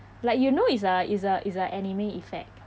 like you know it's a it's a it's a anime effect